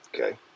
Okay